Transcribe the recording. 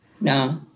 no